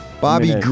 Bobby